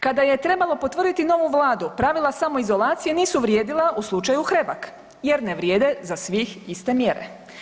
Kada je trebalo potvrditi novu Vladu, pravila samoizolacije nisu vrijedila u slučaju Hrebak jer ne vrijede za svih iste mjere.